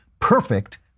perfect